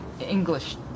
English